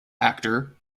actor